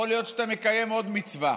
יכול להיות שאתה מקיים עוד מצווה,